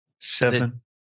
Seven